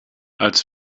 als